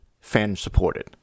fan-supported